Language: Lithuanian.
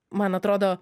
man atrodo